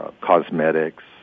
cosmetics